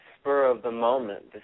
spur-of-the-moment